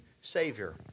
Savior